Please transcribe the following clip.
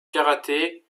karaté